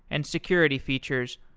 and security features,